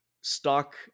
stock